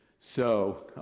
so,